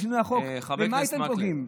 במה אתם פוגעים?